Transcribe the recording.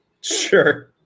sure